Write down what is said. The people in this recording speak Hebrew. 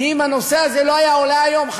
כי אם הנושא הזה לא היה עולה היום,